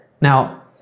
Now